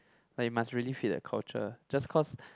like you must really fit the culture just cause